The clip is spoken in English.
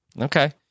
okay